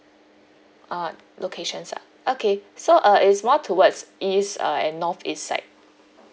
ah locations ah okay so uh is more towards east uh and north east side